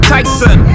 Tyson